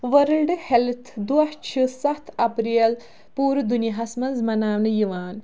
world health دۄہ چھِ سَتھ اپریل پوٗرٕ دُنیاہَس منٛز مَناونہٕ یِوان